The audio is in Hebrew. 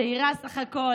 צעירה בסך הכול,